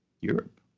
Europe